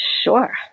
Sure